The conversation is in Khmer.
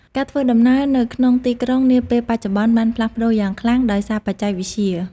ការធ្វើដំណើរនៅក្នុងទីក្រុងនាពេលបច្ចុប្បន្នបានផ្លាស់ប្តូរយ៉ាងខ្លាំងដោយសារបច្ចេកវិទ្យា។